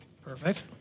perfect